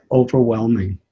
overwhelming